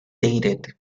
dated